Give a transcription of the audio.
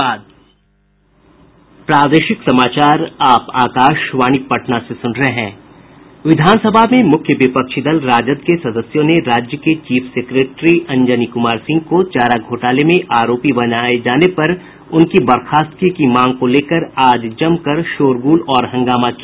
विधान सभा में मुख्य विपक्षी दल राजद के सदस्यों ने राज्य के चीफ सेक्रेट्री अंजनी कुमार सिंह को चारा घोटाले में आरोपी बनाये जाने पर उनकी बर्खास्तगी की मांग को लेकर आज जमकर शोरगुल और हंगामा किया